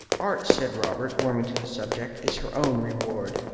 art, said robert, warming to the subject, is her own reward.